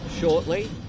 shortly